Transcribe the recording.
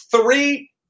three